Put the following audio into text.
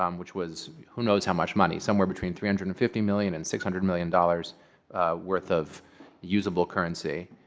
um which was who knows how much money somewhere between three hundred and fifty million dollars and six hundred million dollars worth of usable currency.